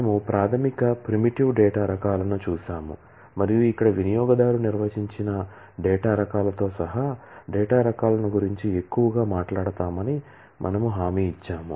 మనము ప్రాథమిక primitive data రకాల ను చూశాము మరియు ఇక్కడ వినియోగదారు నిర్వచించిన డేటా రకములతో సహా డేటా రకాలను గురించి ఎక్కువగా మాట్లాడుతామని మనము హామీ ఇచ్చాము